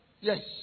Yes